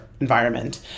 environment